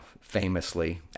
famously